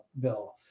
bill